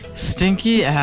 Stinky